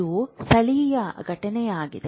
ಇದು ಸ್ಥಳೀಯ ಘಟನೆಯಾಗಿದೆ